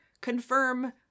confirm